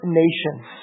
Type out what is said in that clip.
nations